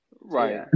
Right